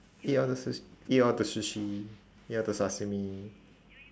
eat all the sush~ eat all the sushi eat all the sashimi